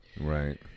Right